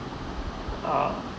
uh